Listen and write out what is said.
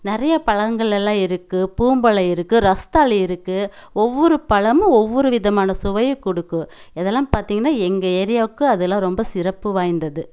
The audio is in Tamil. நிறைய பழங்கள் எல்லாம் இருக்கு பூம்பழம் இருக்கு ரஸ்தாளி இருக்கு ஒவ்வொரு பழமும் ஒவ்வொரு விதமான சுவையை கொடுக்கும் இதெல்லாம் பார்த்தீங்கன்னா எங்கள் ஏரியாவுக்கு அதெல்லாம் ரொம்ப சிறப்பு வாய்ந்தது